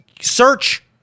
search